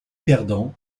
perdants